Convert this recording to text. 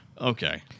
Okay